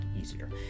easier